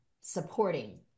supporting